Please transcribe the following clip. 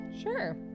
Sure